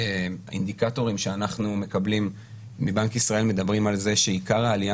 אינדיקטורים שאנחנו מקבלים מבנק ישראל מדברים על זה שעיקר העלייה